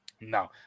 No